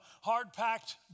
hard-packed